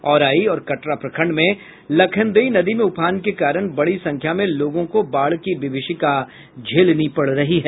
औराई और कटरा प्रखंड में लखनदेई नदी में उफान के कारण बड़ी संख्या में लोगों को बाढ़ की विभीषिका झेलनी पड़ रही है